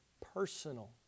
personal